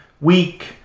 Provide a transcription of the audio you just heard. week